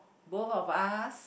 both of us